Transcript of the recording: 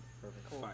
Perfect